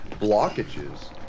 blockages